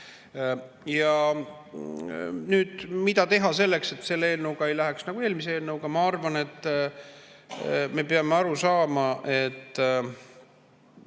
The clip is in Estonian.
kohta. Mida teha selleks, et selle eelnõuga ei läheks nii nagu eelmise eelnõuga? Ma arvan, et me peame aru saama, et